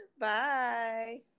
Bye